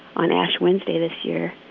on ash wednesday this year,